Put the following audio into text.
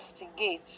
investigate